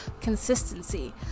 consistency